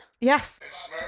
Yes